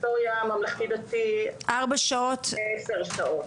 היסטוריה בממלכתי-דתי זה 10 שעות.